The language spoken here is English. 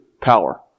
power